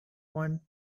want